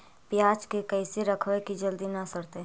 पयाज के कैसे रखबै कि जल्दी न सड़तै?